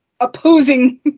opposing